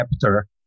chapter